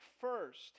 first